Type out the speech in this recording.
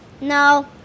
No